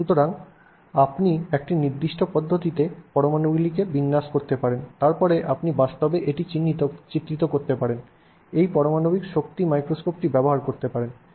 সুতরাং আপনি একটি নির্দিষ্ট পদ্ধতিতে পরমাণুগুলিকে করে বিন্যাস করতে পারেন তারপরে আপনি বাস্তবে এটি চিত্রিত করতে এই পারমাণবিক শক্তি মাইক্রোস্কোপটি ব্যবহার করতে পারেন